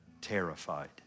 terrified